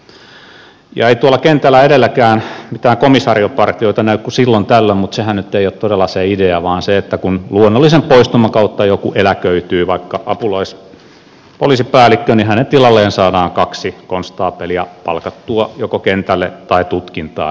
ei tuolla kentällä edelleenkään mitään komisariopartioita näy kuin silloin tällöin mutta sehän nyt ei ole todella se idea vaan se että kun luonnollisen poistuman kautta joku eläköityy vaikka apulaispoliisipäällikkö niin hänen tilalleen saadaan kaksi konstaapelia palkattua joko kentälle tai tutkintaan